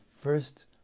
first